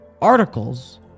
articles